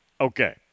Okay